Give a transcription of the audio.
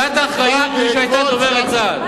קצת אחריות ממי שהיתה דוברת צה"ל.